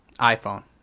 iPhone